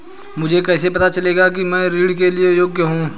मुझे कैसे पता चलेगा कि मैं ऋण के लिए योग्य हूँ?